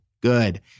good